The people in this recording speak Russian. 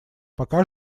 пока